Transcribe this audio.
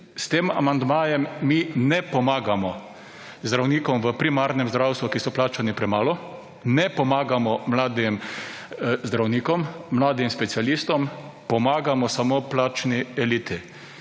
s tem amandmajem mi ne pomagamo zdravnikom v primarnem zdravstvu, ki so plačani premalo, ne pomagamo mladim zdravnikom, mladim specialistom, pomagamo samo plačni eliti